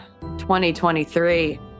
2023